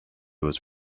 was